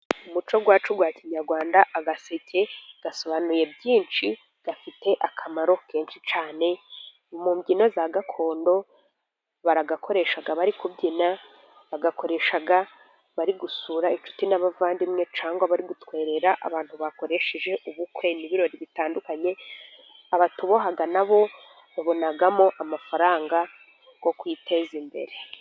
Mu muco wacu wa kinyarwanda, agaseke gasobanuye byinshi, gafite akamaro kenshi cyane mu mbyino za gakondo, baragakoresha bari kubyina, bagakoresha bari gusura inshuti n'abavandimwe, cyangwa bari gutwerera abantu bakoresheje ubukwe n'ibirori bitandukanye, abatuboha na bo babonamo amafaranga yo kwiteza imbere.